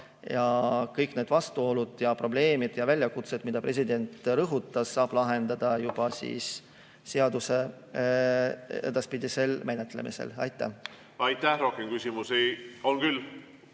saa. Kõik need vastuolud, probleemid ja väljakutsed, mida president rõhutas, saab lahendada juba seaduse edaspidisel menetlemisel. Aitäh! Rohkem küsimusi ... On küll.